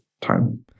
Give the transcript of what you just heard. time